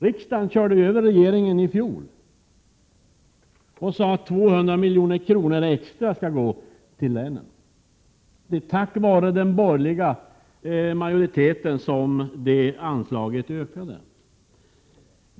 Riksdagen körde över regeringen i fjol och sade att 200 milj.kr. extra skulle gå till länen. Det var tack vare oppositionen som det anslaget ökades.